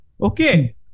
Okay